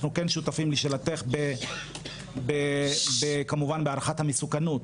אנחנו כן שותפים לשאלתך, בהערכת המסוכנות,